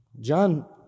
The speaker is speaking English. John